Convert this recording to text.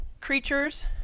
creatures